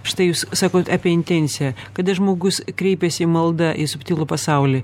štai jūs sakot apie intenciją kada žmogus kreipėsi į maldą į subtilų pasaulį